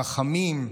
רחמים.